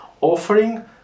offering